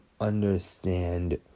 understand